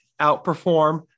outperform